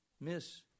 Miss